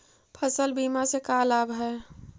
फसल बीमा से का लाभ है?